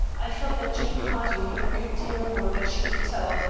i felt that jane harding knew a good deal more than she would tell,